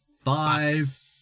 five